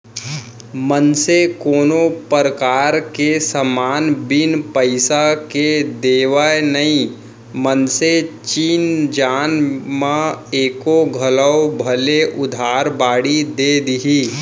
मनसे कोनो परकार के समान बिन पइसा के देवय नई मनसे चिन जान म एको घौं भले उधार बाड़ी दे दिही